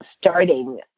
starting